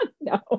No